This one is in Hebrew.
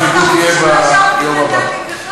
החיבוק יהיה ביום הבא.